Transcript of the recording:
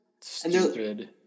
stupid